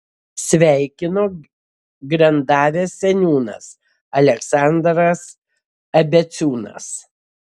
sveikino grendavės seniūnas aleksandras abeciūnas